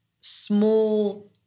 small